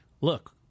look